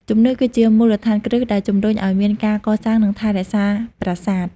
ជំនឿ គឺជាមូលដ្ឋានគ្រឹះដែលជំរុញឱ្យមានការកសាង និងថែរក្សាប្រាសាទ។